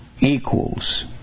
equals